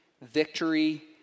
Victory